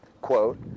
quote